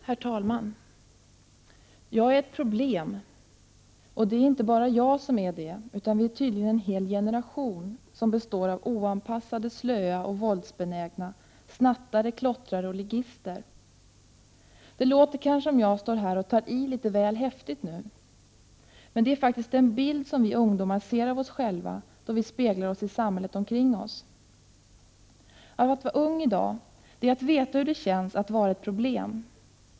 Herr talman! Jag är ett problem. Ja, inte bara jag, utan vi är tydligen en hel generation som består av oanpassade, slöa och våldsbenägna snattare, klottare och ligister. Det låter kanske som om jag nu tar i litet väl häftigt. Men det är faktiskt den bild som vi ungdomar ser av oss själva då vi speglar oss i samhället omkring oss. Att vara ungi dag, det är att veta hur det känns att vara ett problem.